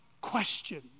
question